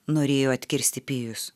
norėjo atkirsti pijus